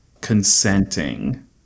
consenting